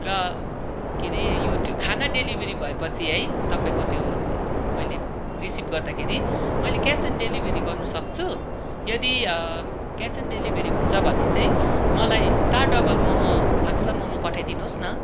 र केरे यो खाना डेलिभेरी भएपछि है तपाईँको त्यो मैले रिसिभ गर्दाखेरि मैले क्यास अन डेलिभरी गर्न सक्छु यदि क्यास अन डेलिभरी हुन्छ भने चाहिँ मलाई चार डबल मोमो फाक्सा मोमो पठाइदिनोस् न